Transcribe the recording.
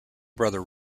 brother